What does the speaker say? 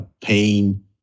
pain